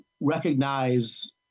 recognize